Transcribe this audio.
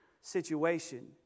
situation